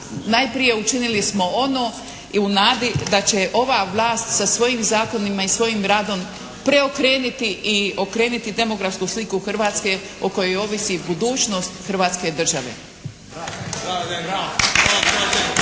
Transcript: najprije učinili smo ono i u nadi da će ova vlast sa svojim zakonima i sa svojim radom preokrenuti i okrenuti demografsku sliku Hrvatske o kojoj ovisi budućnost Hrvatske države.